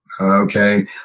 Okay